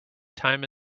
time